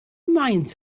maint